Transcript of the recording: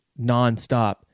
nonstop